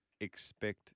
expect